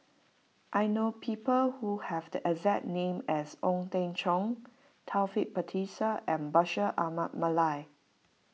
I know people who have the exact name as Ong Teng Cheong Taufik Batisah and Bashir Ahmad Mallal